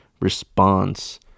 response